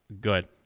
Good